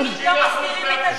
לפחות אנחנו לא,